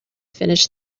finish